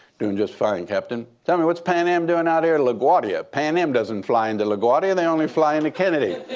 doing just fine, captain. tell me, what's pan am doing out here at laguardia? pan am doesn't fly into laguardia. they only fly into kennedy.